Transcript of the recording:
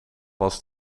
was